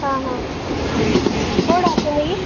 ହଁ ହଁ କେଉଁଠି ଅଛନ୍ତି କି